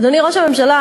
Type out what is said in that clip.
אדוני ראש הממשלה,